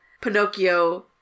Pinocchio